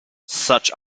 such